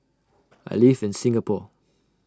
I live in Singapore